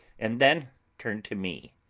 and then turned to me.